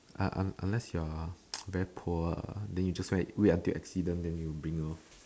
ah ah unless you are very poor lah then you just wait until accident then you bring lor